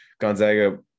Gonzaga